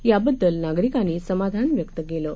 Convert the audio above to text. याबद्दल नागरिकांनी समाधान व्यक्त केलं आहे